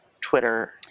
Twitter